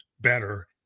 better